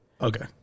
Okay